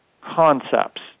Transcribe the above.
concepts